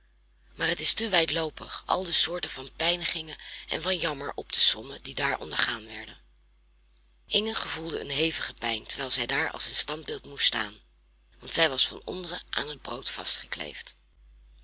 maar het is te wijdloopig al de soorten van pijnigingen en van jammer op te sommen die daar ondergaan werden inge gevoelde een hevige pijn terwijl zij daar als een standbeeld moest staan want zij was van onderen aan het brood